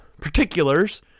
particulars